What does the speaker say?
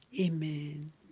amen